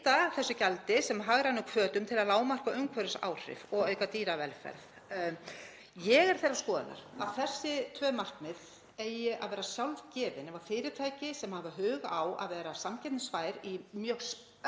beita þessu gjaldi sem hagrænum hvötum til að lágmarka umhverfisáhrif og auka dýravelferð. Ég er þeirrar skoðunar að þessi tvö markmið eigi að vera sjálfgefin. Ef fyrirtæki sem hafa hug á að vera samkeppnisfær í mjög